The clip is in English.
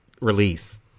release